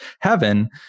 heaven